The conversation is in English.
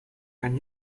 can